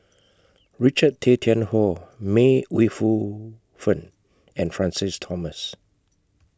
Richard Tay Tian Hoe May Ooi Yu Fen and Francis Thomas